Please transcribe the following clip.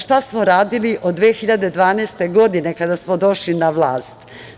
Šta smo radili od 2012. godine, kada smo došli na vlast?